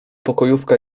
pokojówka